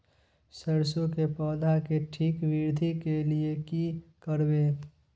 सरसो के पौधा के ठीक वृद्धि के लिये की करबै?